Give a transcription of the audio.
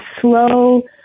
slow